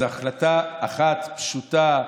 זו החלטה אחת פשוטה.